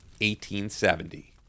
1870